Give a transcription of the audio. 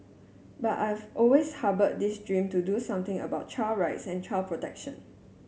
but I've always harboured this dream to do something about child rights and child protection